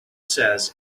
says